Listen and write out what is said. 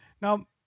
Now